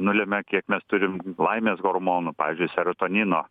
nulemia kiek mes turim m laimės hormonų pavyzdžiui serotonino